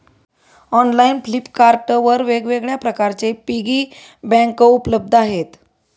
online Flipkart वर वेगवेगळ्या प्रकारचे पिगी बँक उपलब्ध आहेत